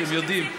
אתם יודעים,